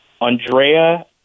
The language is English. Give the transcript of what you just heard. Andrea